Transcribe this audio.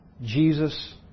Jesus